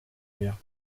guerre